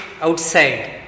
outside